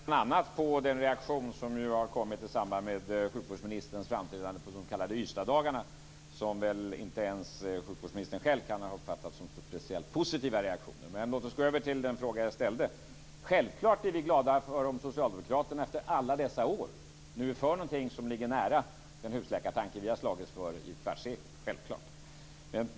Fru talman! Jag syftade bl.a. på den reaktion som ju har kommit i samband med sjukvårdsministerns framträdande på de s.k. Ystadsdagarna, som väl inte ens sjukvårdsministern själv kan ha uppfattat som speciellt positiva reaktioner. Men låt oss gå över till den fråga jag ställde. Självklart är vi glada att få höra att socialdemokraterna efter alla dessa år nu är för någonting som ligger nära den husläkartanke vi har slagits för i ett kvartssekel.